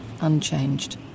unchanged